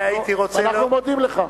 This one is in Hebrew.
ואנחנו מודים לך.